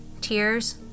Tears